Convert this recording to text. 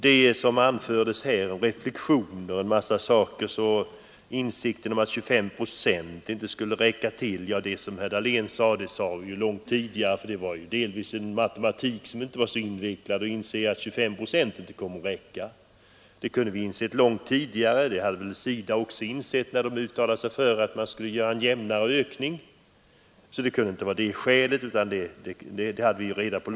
De reflexioner som han anförde om en mängd olika saker liksom insikten att 25 procents anslagshöjning inte skulle räcka, allt detta har vi, som herr Dahlén framhöll, uttalat långt tidigare. Det behövs ingen invecklad matematik för att inse att 25 procents höjning inte kommer att räcka. Det kunde vi ha insett långt tidigare. Det hade väl också SIDA insett när verket uttalade sig för en jämnare ökningstakt. Det kan alltså inte vara skälet till den stora ökningen 1974/75.